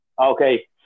okay